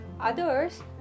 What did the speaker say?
others